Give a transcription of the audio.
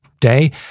day